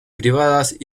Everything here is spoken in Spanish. privadas